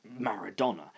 Maradona